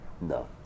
no